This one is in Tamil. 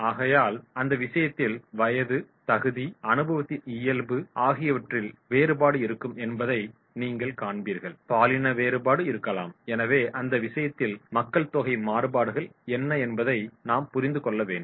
ஆகையால் அந்த விஷயத்தில் வயது தகுதி அனுபவத்தின் இயல்பு ஆகியவற்றில் வேறுபாடு இருக்கும் என்பதை நீங்கள் காண்பீர்கள் பாலின வேறுபாடும் இருக்கலாம் எனவே அந்த விஷயத்தில் மக்கள்தொகை மாறுபாடுகள் என்ன என்பதை நாம் புரிந்து கொள்ள வேண்டும்